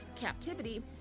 captivity